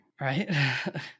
Right